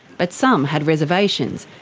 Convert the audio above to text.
but some had reservations.